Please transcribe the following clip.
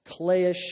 clayish